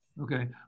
Okay